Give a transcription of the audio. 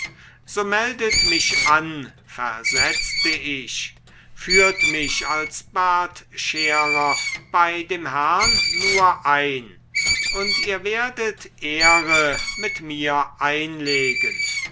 so meldet mich an versetzte ich führt mich als bartscherer bei dem herrn nur ein und ihr werdet ehre mit mir einlegen